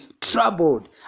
troubled